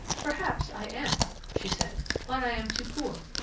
perhaps i am, she said but i am too poor.